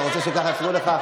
אתה רוצה שככה יפריעו לך?